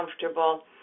comfortable